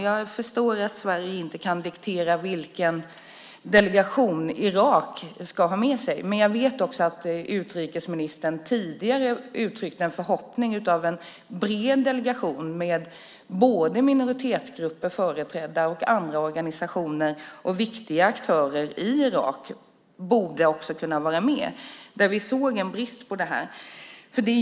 Jag förstår att Sverige inte kunde diktera vilken delegation Irak skulle ha med sig, men jag vet att utrikesministern tidigare hade uttryckt en förhoppning om en bred delegation med minoritetsgrupper, andra organisationer och viktiga aktörer i Irak företrädda. Vi såg en brist.